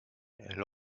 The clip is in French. elle